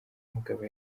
mugabo